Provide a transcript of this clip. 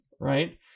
right